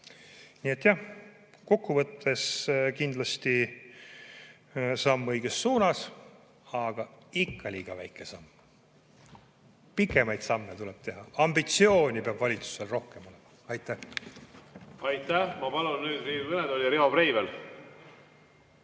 Nii et jah, kokkuvõttes on see kindlasti samm õiges suunas, aga ikka liiga väike samm. Pikemaid samme tuleb teha, ambitsiooni peab valitsusel rohkem olema. Aitäh! Aitäh! Ma palun nüüd Riigikogu kõnetooli Riho Breiveli.